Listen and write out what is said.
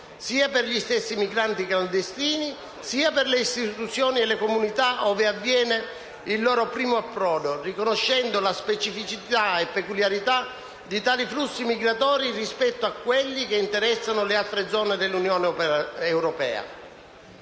sia per gli stessi migranti clandestini, sia per le istituzioni e le comunità ove avviene il loro primo approdo, riconoscendo la specificità e la peculiarità di tali flussi migratori rispetto a quelli che interessano le altre zone dell'Unione europea.